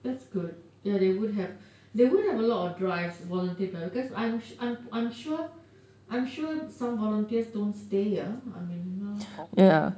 that's good ya they would have they would have a lot of drives volunteer drives because I'm I'm sure I'm sure some volunteers don't stay here I mean you know